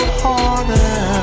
harder